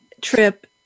trip